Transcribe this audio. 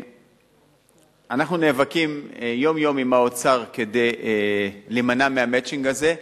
אנחנו נאבקים יום-יום עם האוצר כדי להימנע מה"מצ'ינג" הזה.